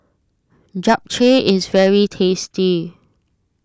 Japchae is very tasty